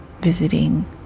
visiting